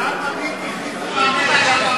צריך קודם ראשונה.